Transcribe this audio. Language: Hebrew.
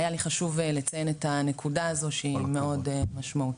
היה לי חשוב לציין את הנקודה הזו שהיא מאוד משמעותית.